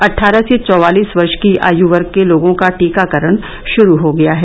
अट्ठारह से चौवालीस वर्ष की आय वर्ग के लोगों का टीकाकरण शुरू हो गया है